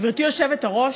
גברתי היושבת-ראש,